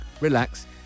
relax